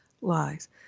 lies